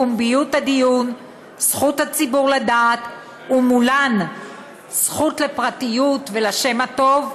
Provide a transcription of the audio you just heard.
פומביות הדיון וזכות הציבור לדעת ומולן הזכות לפרטיות ולשם הטוב,